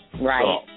Right